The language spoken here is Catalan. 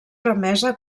remesa